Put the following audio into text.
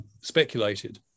speculated